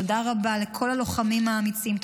תודה רבה לכל הלוחמים האמיצים.